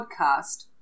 podcast